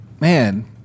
Man